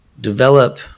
develop